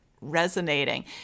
resonating